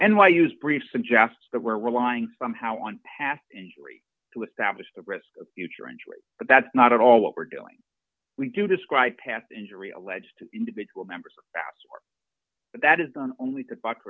and why use brief suggests that we're relying somehow on past injury to establish the risk of future injury but that's not at all what we're doing we do describe past injury alleged individual members past but that is done only